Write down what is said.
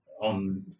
on